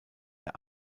der